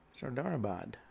Sardarabad